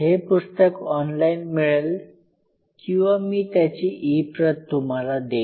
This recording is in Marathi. हे पुस्तक ऑनलाइन मिळेल किंवा मी त्याची ई प्रत तुम्हाला देईल